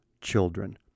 children